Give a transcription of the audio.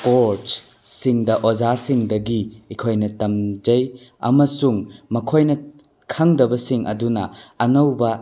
ꯀꯣꯁꯁꯤꯡꯗ ꯑꯣꯖꯥꯁꯤꯡꯗꯒꯤ ꯑꯩꯈꯣꯏꯅ ꯇꯝꯖꯩ ꯑꯃꯁꯨꯡ ꯃꯈꯣꯏꯅ ꯈꯪꯗꯕꯁꯤꯡ ꯑꯗꯨꯅ ꯑꯅꯧꯕ